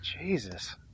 Jesus